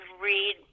read